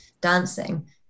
dancing